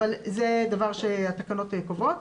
אבל זה דבר שהתקנות קובעות.